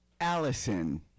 Allison